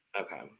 Okay